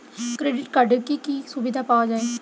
Credit কার্ডের কি কি সুবিধা পাওয়া যায়?